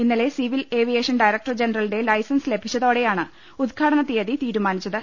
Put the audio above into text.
ഇന്നലെ civil aviation director ജനറലിന്റെ licence ലഭിച്ചതോടെ യാണ് ഉദ്ഘാടന തിയ്യതി തീരുമാനിച്ചത്